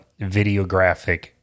videographic